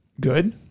good